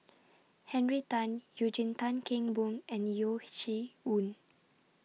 Henry Tan Eugene Tan Kheng Boon and Yeo Shih Yun